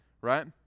right